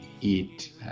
eat